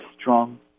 strong